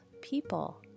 people